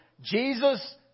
Jesus